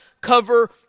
cover